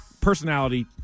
personality